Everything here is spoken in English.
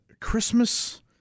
christmas